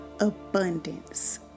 abundance